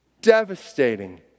devastating